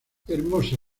hermosa